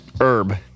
Herb